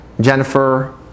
Jennifer